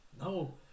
No